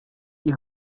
ich